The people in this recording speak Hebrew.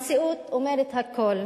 המציאות אומרת הכול.